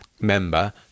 member